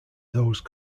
those